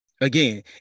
Again